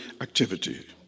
activity